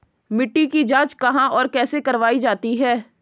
मिट्टी की जाँच कहाँ और कैसे करवायी जाती है?